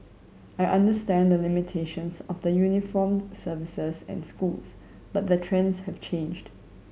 I understand the limitations of the uniformed services and schools but the trends have changed